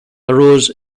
arose